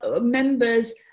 members